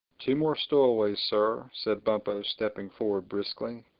two more stowaways, sir, said bumpo stepping forward briskly.